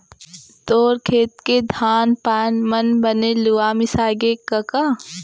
तोर खेत के धान पान मन बने लुवा मिसागे कका?